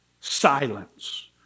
silence